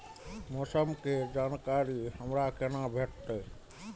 मौसम के जानकारी हमरा केना भेटैत?